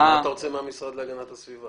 אז מה אתה רוצה מהמשרד להגנת הסביבה?